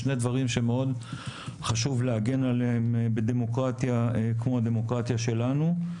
שני דברים שמאוד חשוב להגן עליהם בדמוקרטיה כמו הדמוקרטיה שלנו.